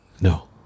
No